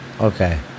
okay